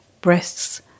breasts